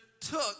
took